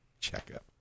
checkup